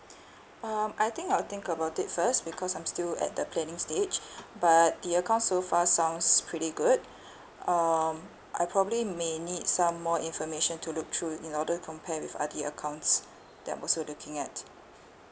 um I think I'll think about it first because I'm still at the planning stage but the account so far sounds pretty good um I probably may need some more information to look through in order to compare with other accounts yup also looking at